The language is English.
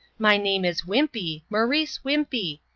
my name is wimpey, morrice wimpey.